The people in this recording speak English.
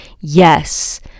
yes